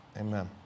Amen